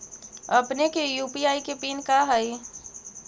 अपने के यू.पी.आई के पिन का हई